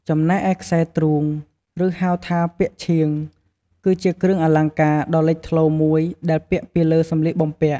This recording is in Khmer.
ចំណែកឯខ្សែទ្រូង ឬហៅថាពាក់ឈៀង គឺជាគ្រឿងអលង្ការដ៏លេចធ្លោមួយដែលពាក់ពីលើសម្លៀកបំពាក់។